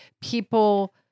people